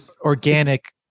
organic